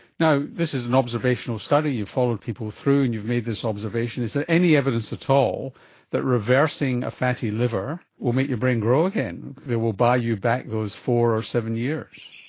this is an observational study, you've followed people through and you've made this observation. is there any evidence at all that reversing a fatty liver will make your brain grow again, that will buy you back those four or seven years?